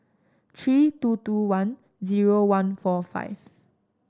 three two two one zero one four five